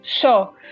Sure